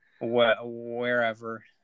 Wherever